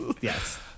Yes